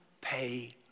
pay